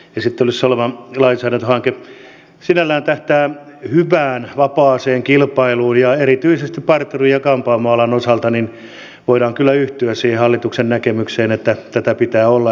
esittelyssä oleva lainsäädäntöhanke sinällään tähtää hyvään vapaaseen kilpailuun ja erityisesti parturi ja kampaamoalan osalta voidaan kyllä yhtyä siihen hallituksen näkemykseen että tätä pitää olla